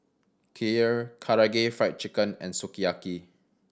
Kheer Karaage Fried Chicken and Sukiyaki